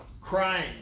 crying